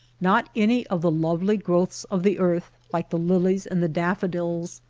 not any of the lovely growths of the earth, like the lilies and the daffodils,